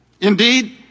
Indeed